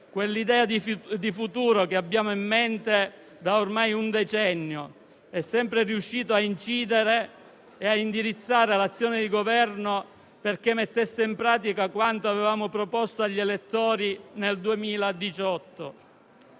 quell'idea di futuro che abbiamo in mente da ormai un decennio, è sempre riuscito ad incidere e ad indirizzare l'azione di Governo perché mettesse in pratica quanto avevamo proposto agli elettori nel 2018.